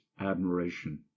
admiration